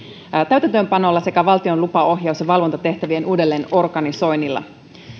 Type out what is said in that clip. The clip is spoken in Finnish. täytäntöönpanolla sekä valtion lupa ohjaus ja valvontatehtävien uudelleenorganisoinnilla